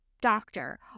doctor